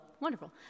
wonderful